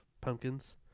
pumpkins